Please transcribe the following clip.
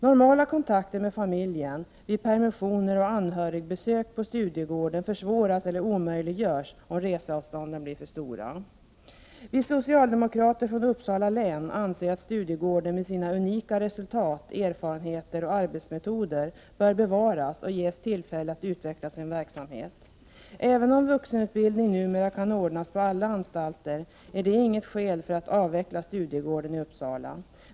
Normala kontakter med familjen, vid permissioner och anhörigbesök på Studiegården, försvåras eller omöjliggörs om reseavstånden blir för stora. Vi socialdemokrater från Uppsala län anser att Studiegården med sina unika resultat, erfarenheter och arbetsmetoder bör bevaras och ges tillfälle att utveckla sin verksamhet. Även om vuxenutbildning numera kan ordnas på alla anstalter, är det inget skäl för att avveckla Studiegården i Uppsala.